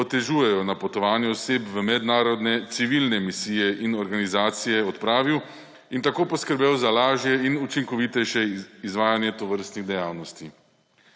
otežujejo napotovanje oseb v mednarodne civilne misije in organizacije, odpravil in tako poskrbel za lažje in učinkovitejše izvajanje tovrstnih dejavnosti.